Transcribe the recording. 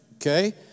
okay